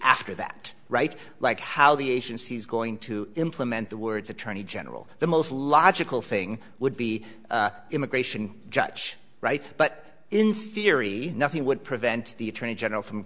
after that right like how the agency is going to implement the words attorney general the most logical thing would be immigration judge wright but in theory nothing would prevent the attorney general from